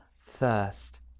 thirst